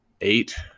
eight